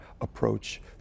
approach